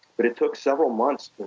but it took several months,